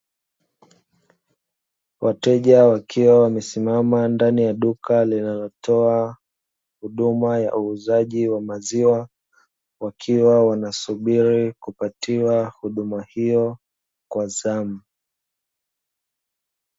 Wateja wakiwa wamesimama ndani ya duka linalotoa huduma ya uuzaji wa maziwa wakiwa wanasubiri kupatiwa huduma hio kwa zamu.